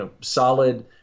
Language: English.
solid